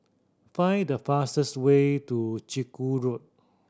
find the fastest way to Chiku Road